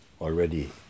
Already